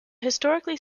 historically